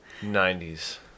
90s